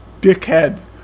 dickheads